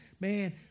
Man